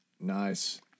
nice